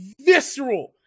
visceral